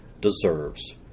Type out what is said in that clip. deserves